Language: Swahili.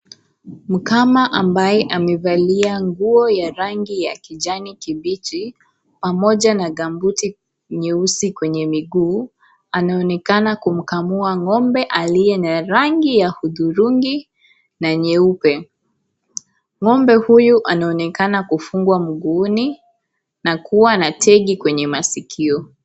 Mkama ambaye amevalia nguo ya rangi ya kijani kibichi pamoja na gambuti nyeusi kwenye miguu anaonekana kumkamua ngombe aliye na rangi ya hudhurungi na nyeupe. Ngombe huyu anaonekana kufungwa mguuni na kuwa na tegi kwenye masikio.